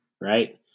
right